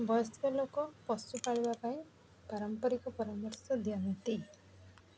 ବୟସ୍କ ଲୋକ ପଶୁ ପାଳିବା ପାଇଁ ପାରମ୍ପରିକ ପରାମର୍ଶ ଦିଅନ୍ତି